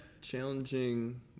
Challenging